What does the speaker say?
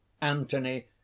Antony